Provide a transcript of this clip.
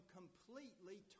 completely